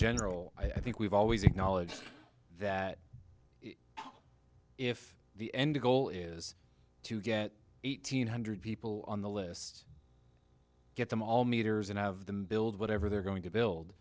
general i think we've always acknowledged that if the end goal is to get eight hundred people on the list get them all meters and have them build whatever they're going to build